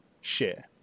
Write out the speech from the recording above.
share